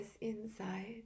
inside